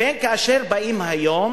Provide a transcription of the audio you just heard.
לכן, כשבאים היום